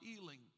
healing